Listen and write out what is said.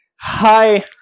Hi